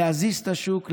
להזיז את השוק,